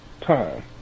time